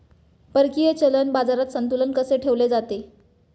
परकीय चलन बाजारात संतुलन कसे ठेवले जाते?